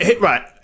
right